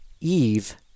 eve